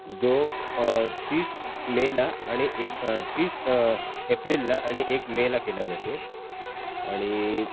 जो तीस मेला आणि एक तीस एप्रिलला आणि एक मेला केला जातो आणि